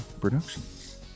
Productions